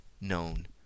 known